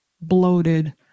bloated